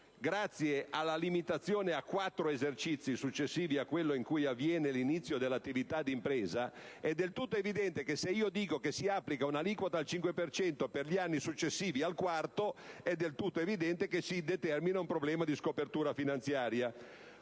grazie alla limitazione a quattro esercizi successivi a quello in cui avviene l'inizio dell'attività di impresa, è del tutto evidente che, se prevedo che si applichi un'aliquota al 5 per cento per gli anni successivi al quarto, si determina un problema di scopertura finanziaria.